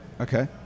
Okay